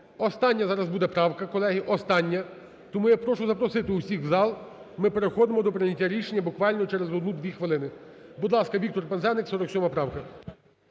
Остання зараз буде правка, колеги, остання. Тому я прошу запросити усіх в зал. Ми переходимо до прийняття рішення буквально через одну-дві хвилини. Будь ласка, Віктор Пинзеник, 47 правка.